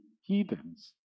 heathens